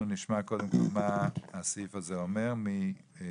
אנחנו נשמע קודם כל מה הסעיף הזה אומר מדניאל,